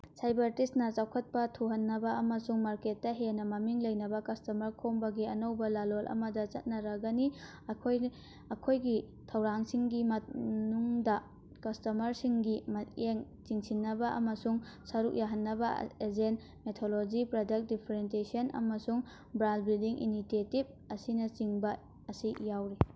ꯁꯥꯏꯕꯔꯇꯤꯁꯅ ꯆꯥꯎꯈꯠꯄ ꯊꯨꯍꯟꯅꯕ ꯑꯃꯁꯨꯡ ꯃꯥꯔꯀꯦꯠꯇ ꯍꯦꯟꯅ ꯃꯃꯤꯡ ꯂꯩꯅꯕ ꯀꯁꯇꯃꯔ ꯈꯣꯝꯕꯒꯤ ꯑꯅꯧꯕ ꯂꯥꯂꯣꯡ ꯑꯃꯗ ꯆꯠꯅꯔꯒꯅꯤ ꯑꯩꯈꯣꯏꯒꯤ ꯊꯧꯔꯥꯡꯁꯤꯡꯒꯤ ꯃꯅꯨꯡꯗ ꯀꯁꯇꯃꯔꯁꯤꯡꯒꯤ ꯃꯤꯠꯌꯦꯡ ꯆꯤꯡꯁꯤꯟꯅꯕ ꯑꯃꯁꯨꯡ ꯁꯔꯨꯛ ꯌꯥꯍꯟꯅꯕ ꯑꯦꯖꯦꯟ ꯃꯦꯊꯣꯂꯣꯖꯤ ꯄ꯭ꯔꯗꯛ ꯗꯤꯐ꯭ꯔꯦꯟꯇꯦꯁꯟ ꯑꯃꯁꯨꯡ ꯕ꯭ꯔꯥꯜ ꯕ꯭ꯂꯤꯗꯤꯡ ꯏꯅꯤꯇꯦꯇꯤꯞ ꯑꯁꯤꯅꯆꯤꯡꯕ ꯑꯁꯤ ꯌꯥꯎꯔꯤ